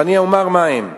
ואני אומר מה הם.